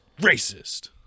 racist